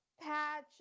patch